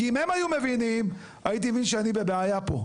כי אם הם היו מבינים הייתי מבין שאני בבעיה פה.